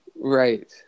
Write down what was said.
Right